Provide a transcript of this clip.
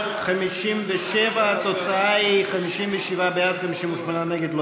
357, התוצאה היא 57 בעד, 58 נגד.